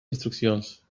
instruccions